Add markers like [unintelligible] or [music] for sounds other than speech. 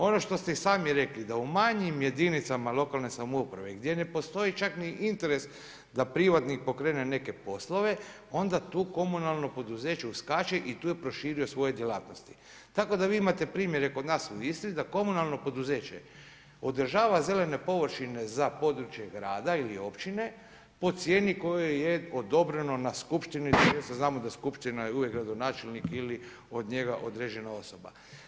Ono što ste i sami rekli, da u manjim jedinicama lokalne samouprave, gdje ne postoji čak ni interes da privatnik pokrene neke poslove, onda tu komunalno poduzeće uskače i tu je proširio svoje djelatnosti, tako da vi imate primjere kod nas u Istri, da komunalno poduzeće održava zelene površine za područje grada ili općine po cijeni koja je odobreno na skupštini, … [unintelligible] znamo da skupština je uvijek gradonačelnik ili od njega određena osoba.